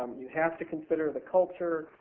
um you have to consider the culture.